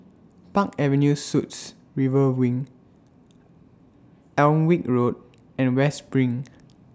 Park Avenue Suites River Wing Alnwick Road and West SPRING